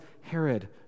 Herod